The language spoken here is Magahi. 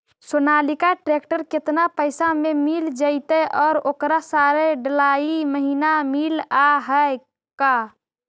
सोनालिका ट्रेक्टर केतना पैसा में मिल जइतै और ओकरा सारे डलाहि महिना मिलअ है का?